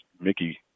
Mickey